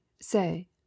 say